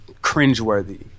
cringeworthy